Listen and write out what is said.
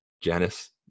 Janice